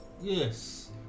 yes